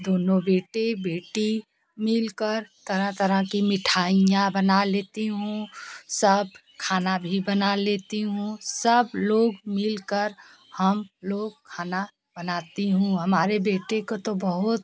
दोनों बेटे बेटी मिल कर तरह तरह की मिठाइयाँ बना लेती हूँ सब खाना भी बना लेती हूँ सब लोग मिल कर हम लोग खाना बनाती हूँ हमारे बेटे को तो बहुत